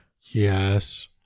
Yes